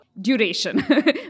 duration